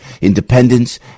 independence